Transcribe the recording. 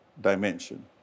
dimension